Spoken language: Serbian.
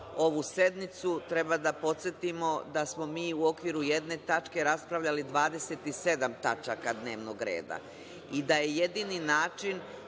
ovu sednicu, treba da podsetimo da smo mi u okviru jedne tačke raspravljali 27 tačaka dnevnog reda i da je jedini način